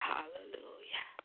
Hallelujah